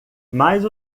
mas